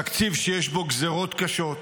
תקציב שיש בו גזרות קשות,